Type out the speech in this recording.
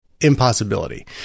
impossibility